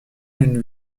d’une